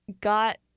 got